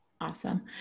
Awesome